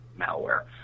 malware